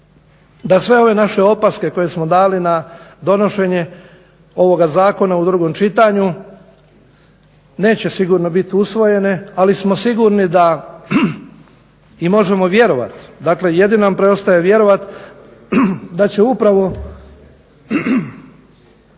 da sve ove naše opaske koje smo dali na donošenje ovoga zakona u drugom čitanju neće sigurno biti usvojene, ali smo sigurni da i možemo vjerovat, dakle jedino nam preostaje vjerovat da će upravo